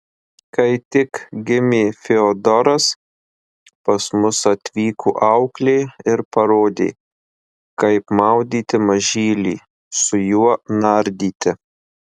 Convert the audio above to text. kai tik gimė fiodoras pas mus atvyko auklė ir parodė kaip maudyti mažylį su juo nardyti